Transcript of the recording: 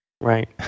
Right